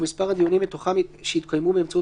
ומספר הדיונים מתוכם שהתקיימו באמצעות